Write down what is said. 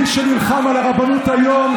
מי שנלחם על הרבנות היום,